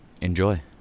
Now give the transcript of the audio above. enjoy